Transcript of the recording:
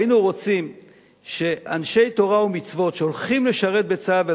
היינו רוצים שאנשי תורה ומצוות שהולכים לשרת בצה"ל,